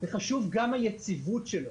וחשוב גם היציבות שלו.